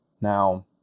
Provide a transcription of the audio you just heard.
Now